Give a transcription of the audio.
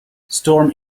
storm